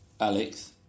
Alex